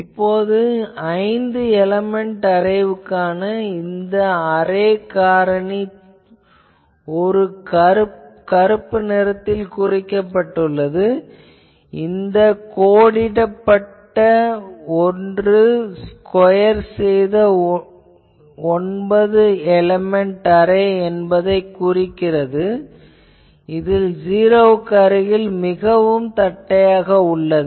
இப்போது ஐந்து எலேமென்ட் அரேவுக்கான இந்த அரே காரணி கருப்பு நிறத்தில் குறிக்கப்பட்டுள்ளது இந்த கோடிட்ட ஒன்று ஸ்கொயர் செய்த ஒன்பது எலேமென்ட் அரே என்பதைக் குறிக்கிறது இதில் ஜீரோவுக்கு அருகில் மிகவும் தட்டையாக உள்ளது